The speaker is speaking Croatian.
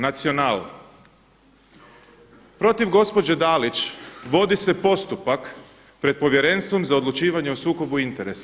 Nacional“ protiv gospođe Dalić vodi se postupak pred Povjerenstvom za odlučivanje o sukobu interesa.